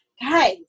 guys